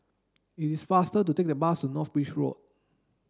it is faster to take the bus to North Bridge Road